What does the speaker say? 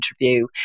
interview